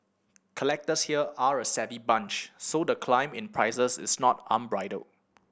collectors here are a savvy bunch so the climb in prices is not unbridled